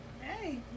Hey